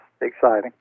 exciting